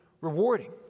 rewarding